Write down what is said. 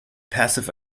passive